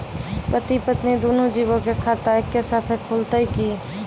पति पत्नी दुनहु जीबो के खाता एक्के साथै खुलते की?